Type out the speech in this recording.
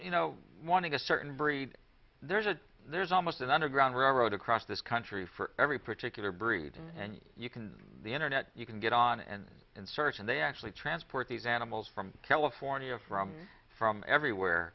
you know wanting a certain breed there's a there's almost an underground railroad across this country for every particular breed and you can the internet you can get on and and search and they actually transport these animals from california from from everywhere